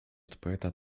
odpowiada